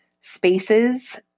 spaces